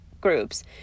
groups